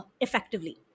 effectively